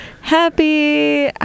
Happy